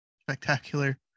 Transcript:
spectacular